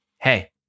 hey